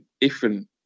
different